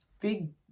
big